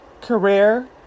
career